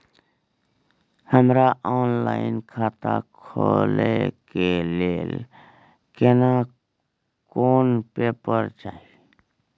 हमरा ऑनलाइन खाता खोले के लेल केना कोन पेपर चाही?